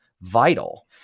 vital